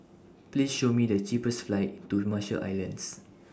Please Show Me The cheapest flights to The Marshall Islands